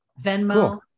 venmo